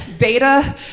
beta